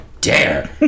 dare